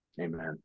Amen